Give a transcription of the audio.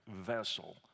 vessel